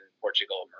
Portugal